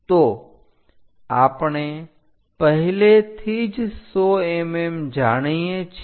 તો આપણે પહેલેથી જ 100 mm જાણીએ છીએ